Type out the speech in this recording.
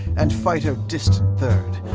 and fighter distant third.